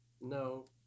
no